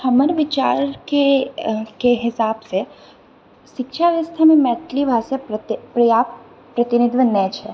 हमर विचारके के हिसाबसँ शिक्षा व्यवस्थामे मैथिली भाषाके प्रति पर्याप्त प्रतिनिधित्व नहि छै